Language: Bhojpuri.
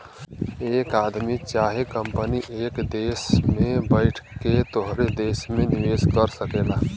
एक आदमी चाहे कंपनी एक देस में बैइठ के तोहरे देस मे निवेस कर सकेला